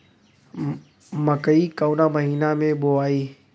मकई कवना महीना मे बोआइ?